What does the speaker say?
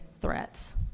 threats